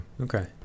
Okay